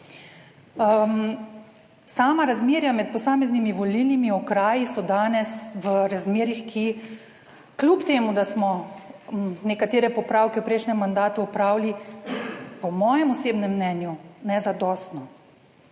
Sama razmerja med posameznimi volilnimi okraji so danes v razmerjih, ki kljub temu, da smo nekatere popravke v prejšnjem mandatu opravili po mojem osebnem mnenju nezadostno.